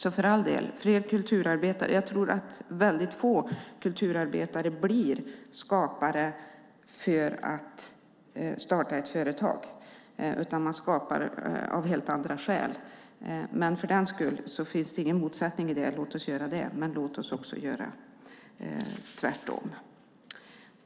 Gärna fler kulturarbetare, men jag tror att väldigt få kulturarbetare blir skapare just för att starta ett företag, utan man skapar av helt andra skäl. Men det finns ingen motsättning, så låt oss göra det, fast låt oss också göra tvärtom.